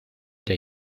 der